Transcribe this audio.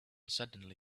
suddenly